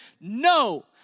no